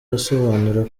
asobanura